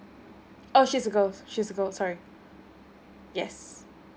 uh she's a girl she's a girl sorry yes